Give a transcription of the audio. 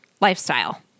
lifestyle